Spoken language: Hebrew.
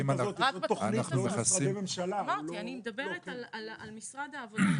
אני מדברת על משרד העבודה.